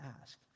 ask